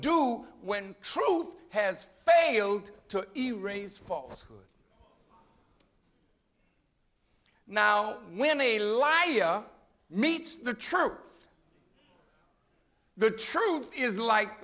do when truth has failed to erase falls now when a lie meets the truth the truth is like